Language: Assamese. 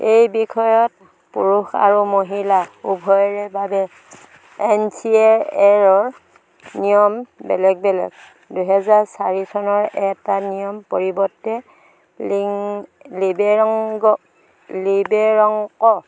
এই বিষয়ত পুৰুষ আৰু মহিলা উভয়ৰে বাবে এন চি এ এৰ নিয়ম বেলেগ বেলেগ দুহেজাৰ চাৰি চনৰ এটা নিয়ম পৰিৱৰ্তে লিং লিবেৰংক লিবেৰংক